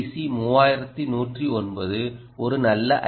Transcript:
C 3109 ஒரு நல்ல ஐ